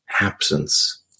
absence